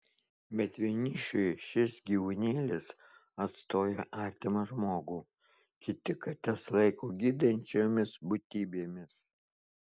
bet vienišiui šis gyvūnėlis atstoja artimą žmogų kiti kates laiko gydančiomis būtybėmis